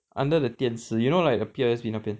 under the 电视 you know like the P_O_S_B 那边